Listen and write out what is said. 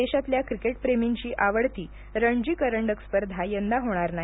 देशातल्या क्रिकेट प्रेमींची आवडती रणजी करंडक स्पर्धा यंदा होणार नाही